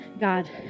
God